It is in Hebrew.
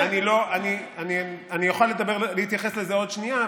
אני אוכל להתייחס לזה בעוד שנייה.